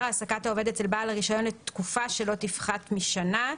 העסקת העובד אצל בעל הרישיון לתקופה שלא תפחת משנה,